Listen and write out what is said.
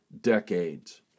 decades